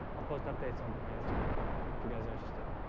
i'll post updates on my instagram you guys are interested